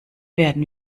werden